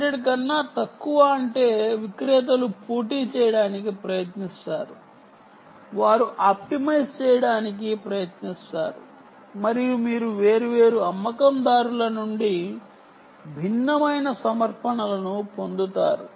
100 కన్నా తక్కువ అంటే విక్రేతలు పోటీ చేయడానికి ప్రయత్నిస్తారు వారు ఆప్టిమైజ్ చేయడానికి ప్రయత్నిస్తారు మరియు మీరు వేర్వేరు అమ్మకందారుల నుండి భిన్నమైన సమర్పణలను పొందుతారు